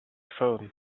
phone